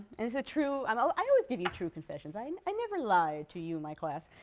and it's a true i always give you true confessions. i and i never lie to you, my class,